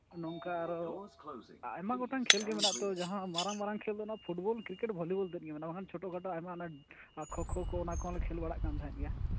ᱱᱚᱝᱠᱟ ᱟᱨᱚ ᱟᱭᱢᱟ ᱜᱚᱴᱟᱝ ᱠᱷᱮᱞ ᱜᱮ ᱢᱮᱱᱟᱜ ᱟᱛᱚ ᱡᱟᱦᱟᱸ ᱢᱟᱨᱟᱝ ᱢᱟᱨᱟᱝ ᱠᱷᱮᱞ ᱚᱱᱟ ᱯᱷᱩᱴᱵᱚᱞ ᱠᱨᱤᱠᱮᱴ ᱵᱷᱚᱞᱤᱵᱚᱞ ᱛᱮᱫᱜᱮ ᱢᱮᱱᱟᱜᱼᱟ ᱵᱟᱝᱠᱷᱟᱱ ᱚᱱᱟ ᱪᱷᱚᱴᱳ ᱠᱷᱟᱴᱚ ᱟᱭᱢᱟ ᱚᱱᱟ ᱠᱷᱚ ᱠᱷᱳ ᱠᱚ ᱚᱱᱟ ᱠᱚᱦᱚᱸᱞᱮ ᱠᱷᱮᱞ ᱵᱟᱲᱟᱜ ᱠᱟᱱ ᱛᱟᱦᱮᱸᱫ ᱜᱮᱭᱟ